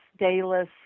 dayless